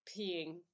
peeing